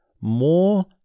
more